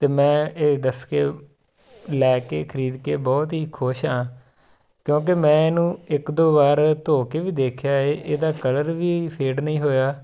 ਅਤੇ ਮੈਂ ਇਹ ਦੱਸ ਕੇ ਲੈ ਕੇ ਖਰੀਦ ਕੇ ਬਹੁਤ ਹੀ ਖੁਸ਼ ਹਾਂ ਕਿਉਂਕਿ ਮੈਂ ਇਹਨੂੰ ਇੱਕ ਦੋ ਵਾਰ ਧੋ ਕੇ ਵੀ ਦੇਖਿਆ ਹੈ ਇਹਦਾ ਕਲਰ ਵੀ ਫੇਡ ਨਹੀਂ ਹੋਇਆ